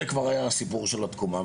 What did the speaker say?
זה כבר היה הסיפור של התקומה.